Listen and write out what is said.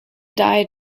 died